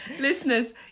Listeners